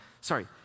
Sorry